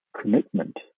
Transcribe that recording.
commitment